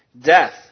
death